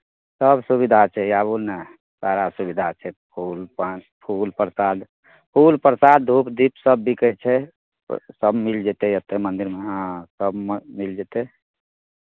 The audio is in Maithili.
सभ सुविधा छै आबू ने सारा सुविधा छै फूल पान फूल परसाद फूल परसाद धूप दीप सभ बिकै छै सभ मिल जेतै एतय मन्दिरमे हँ सभ म् मिल जेतै